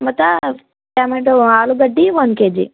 ಮತ್ತು ಟಮಟೋ ಆಲೂಗಡ್ಡಿ one KG